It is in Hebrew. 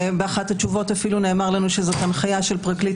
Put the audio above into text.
ובאחת התשובות אפילו נאמר לנו שזאת הנחיה של פרקליט